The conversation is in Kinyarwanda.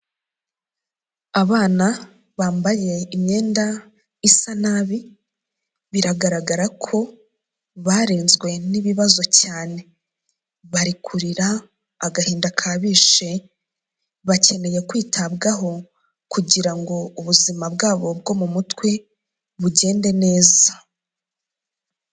Abana bambaye imyenda isa nabi, biragaragara ko barenzwe n'ibibazo cyane, bari kurira agahinda kabishe bakeneye kwitabwaho kugira ubuzima bwabo bwo mu mutwe bugende neza.